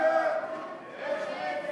ההצעה